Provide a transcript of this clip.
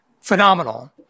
phenomenal